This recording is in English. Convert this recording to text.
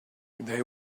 they